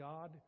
God